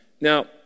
now